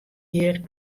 hjir